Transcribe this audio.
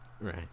right